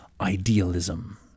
idealism